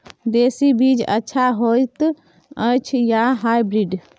देसी बीज अच्छा होयत अछि या हाइब्रिड?